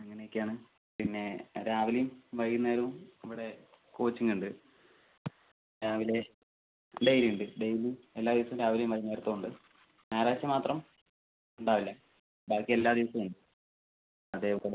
അങ്ങനെയൊക്കെയാണ് പിന്നെ രാവിലെയും വൈകുന്നേരവും ഇവിടെ കോച്ചിങ്ങ് ഉണ്ട് രാവിലെ ഡെയിലി ഉണ്ട് ഡെയ്ലി എല്ലാ ദിവസവും രാവിലെയും വൈകുന്നേരത്തുമുണ്ട് ഞായറാഴ്ച്ച മാത്രം ഉണ്ടാവില്ല ബാക്കി എല്ലാ ദിവസവും ഉണ്ട് അതെ ഉണ്ടല്ലോ